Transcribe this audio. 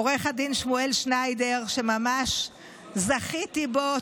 עו"ד שמואל שניידר, שממש זכיתי בו.